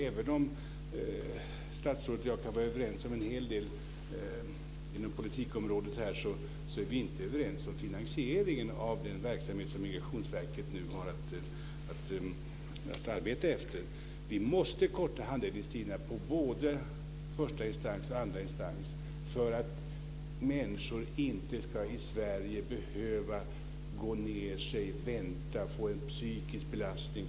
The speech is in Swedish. Även om statsrådet och jag kan vara överens om en hel del inom politikområdet är vi inte överens om finansieringen av den verksamhet som Migrationsverket nu har att arbeta med. Vi måste förkorta handläggningstiderna i både första instans och andra instans för att människor i Sverige inte ska behöva gå ned sig, vänta och få en psykisk belastning.